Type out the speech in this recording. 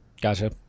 Gotcha